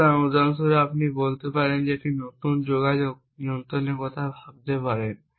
সুতরাং উদাহরণস্বরূপ আপনি বলতে পারেন আপনি একটি নতুন যোগাযোগ নিয়ন্ত্রকের কথা ভাবতে পারেন